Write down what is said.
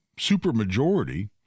supermajority